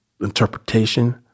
interpretation